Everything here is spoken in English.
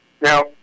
Now